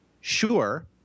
sure